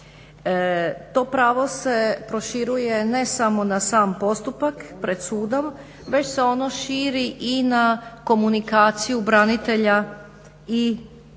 To pravo se proširuje ne samo na sam postupak pred sudom već se ono širi i na komunikaciju branitelja i